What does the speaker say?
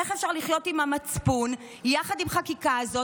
איך אפשר לחיות עם המצפון יחד עם החקיקה הזאת,